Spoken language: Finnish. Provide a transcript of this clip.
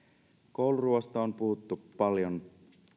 kouluruuasta on puhuttu paljon